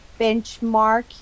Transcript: Benchmark